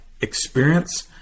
experience